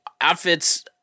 outfits